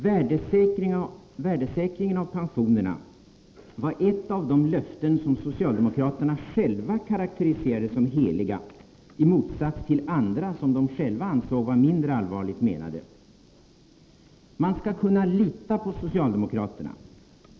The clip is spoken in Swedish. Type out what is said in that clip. Värdesäkringen av pensionerna var ett av de löften som socialdemokraterna själva karakteriserade som heliga — i motsats till andra som de själva ansåg var mindre allvarligt menade. ”Man skall kunna lita på socialdemokraterna.